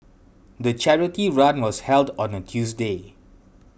the charity run was held on a Tuesday